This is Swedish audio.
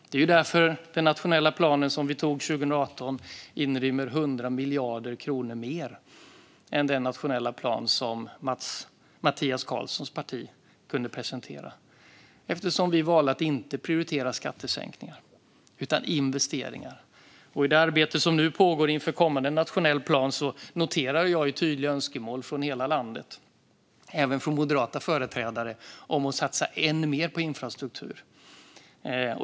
Det är därför den nationella plan som vi antog 2018 inrymmer 100 miljarder kronor mer än den nationella plan som Mattias Karlssons parti kunde presentera, eftersom vi valde att inte prioritera skattesänkningar utan investeringar. I det arbete som nu pågår inför kommande nationell plan noterar jag tydliga önskemål från hela landet, även från moderata företrädare, om att satsa än mer på infrastruktur.